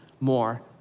more